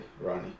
Ronnie